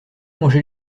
mangé